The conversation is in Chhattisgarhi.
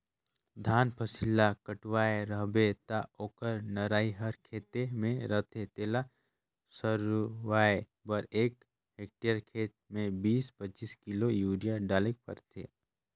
धान फसिल ल कटुवाए रहबे ता ओकर नरई हर खेते में रहथे तेला सरूवाए बर एक हेक्टेयर खेत में बीस पचीस किलो यूरिया डालेक परथे